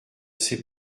c’est